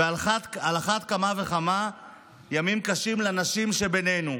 ועל אחת כמה וכמה ימים קשים לנשים שבינינו.